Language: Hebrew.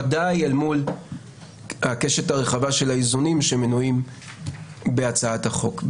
ודאי אל מול הקשת הרחבה של האיזונים שמנויים בהצעת החוק.